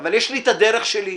אבל יש לי את הדרך שלי,